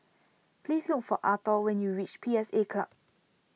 please look for Arthor when you reach P S A Club